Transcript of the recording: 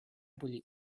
были